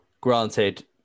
granted